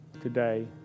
today